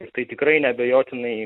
ir tai tikrai neabejotinai